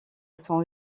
sont